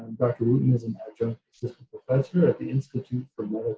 dr. wooten is an adjunct assistant professor at the institute for